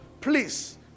please